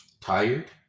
tired